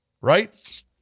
right